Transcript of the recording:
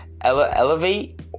elevate